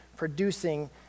Producing